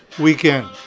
weekend